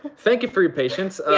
thank you for your patience.